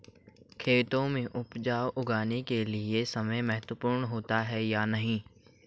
खेतों में उपज उगाने के लिये समय महत्वपूर्ण होता है या नहीं?